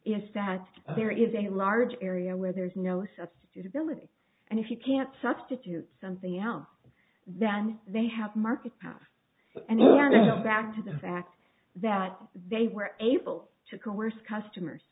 dad there is a large area where there's no substitute ability and if you can't substitute something else then they have market have and back to the fact that they were able to coerce customers